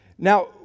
Now